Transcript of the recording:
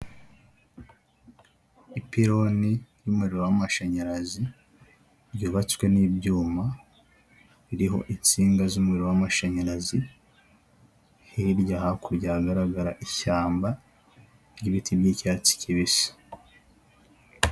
Ipironi ry' yumuriro w'amashanyarazi ryatswe n'ibyuma biriho insinga z'umuriro w'amashanyarazi hirya hakurya ahagaragara ishyamba ry'ibiti by'icyatsi kibisi